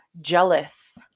Jealous